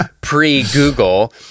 pre-Google